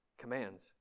commands